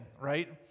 right